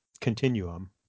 continuum